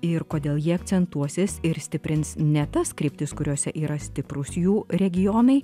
ir kodėl jie akcentuosis ir stiprins ne tas kryptis kuriose yra stiprūs jų regionai